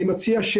אני מציע,